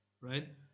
right